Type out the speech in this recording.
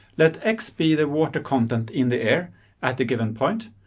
let x be the water content in the air at a given point.